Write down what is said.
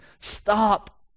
Stop